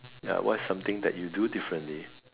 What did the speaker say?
ya what's something that you do differently